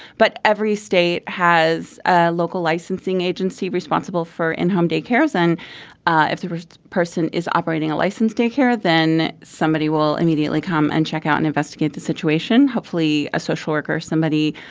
but every state has ah local licensing agency responsible for in-home day care even ah if the person is operating a licensed daycare then somebody will immediately come and check out and investigate the situation hopefully a social worker somebody